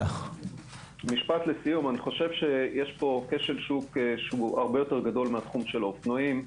אני חושב שיש פה כשל שוק שהוא הרבה יותר גדול מתחום האופנועים.